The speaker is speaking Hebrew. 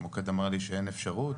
המוקד אמר לי שאין אפשרות,